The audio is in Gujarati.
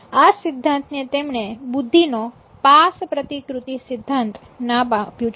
આ સિદ્ધાંત ને તેમણે બુદ્ધિનો પાસ પ્રતિકૃતિ સિદ્ધાંત નામ આપ્યું છે